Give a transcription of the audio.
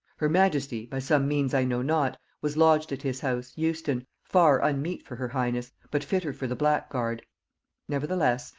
her majesty, by some means i know not, was lodged at his house, euston, far unmeet for her highness, but fitter for the black guard nevertheless,